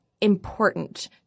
important